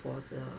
bother